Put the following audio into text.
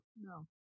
No